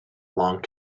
long